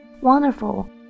Wonderful